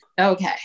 Okay